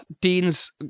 Dean's